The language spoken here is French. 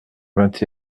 vingt